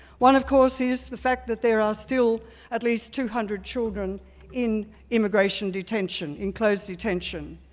one of course, is the fact that there are still at least two hundred children in immigration detention, in closed detention.